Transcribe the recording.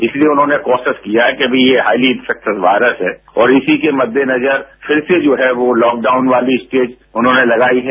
इसलिए उन्होंने प्रोसेस किया है कि अभी ये हाईली इंफेक्टिड वायरस है और इसी के मद्देनजर फिर से जो है वो लॉकडाउन वाली स्टेट उन्होंने लगायी है